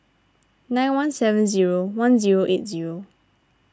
nine one seven zero one zero eight zero